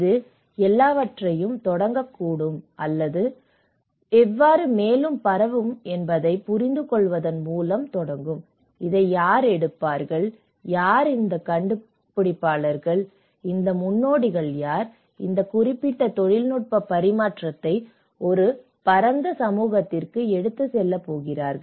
இது எல்லாவற்றையும் தொடங்கக்கூடும் அல்லது அது எவ்வாறு மேலும் பரவுகிறது என்பதைப் புரிந்துகொள்வதன் மூலம் தொடங்கும் இதை யார் எடுப்பார்கள் யார் இந்த கண்டுபிடிப்பாளர்கள் இந்த முன்னோடிகள் யார் இந்த குறிப்பிட்ட தொழில்நுட்ப பரிமாற்றத்தை ஒரு பரந்த சமூகத்திற்கு எடுத்துச் செல்லப் போகிறார்கள்